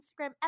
Instagram